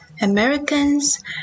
Americans